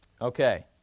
Okay